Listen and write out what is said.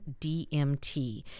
DMT